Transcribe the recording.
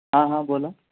हां हां बोला